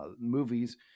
movies